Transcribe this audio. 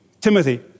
Timothy